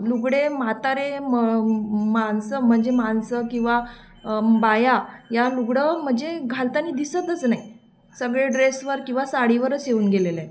लुगडे म्हातारे म माणसं म्हणजे माणसं किंवा बाया या लुगडं म्हणजे घालताना दिसतच नाही सगळे ड्रेसवर किंवा साडीवरच येऊन गेलेलं आहे